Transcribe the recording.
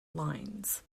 lines